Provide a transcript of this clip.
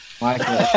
Michael